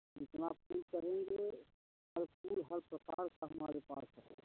जितना फूल चाहिए हर फूल हर प्रकार का हमारे पास है